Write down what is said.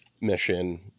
mission